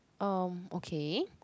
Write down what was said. um okay